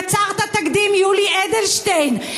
יצרת תקדים יולי אדלשטיין.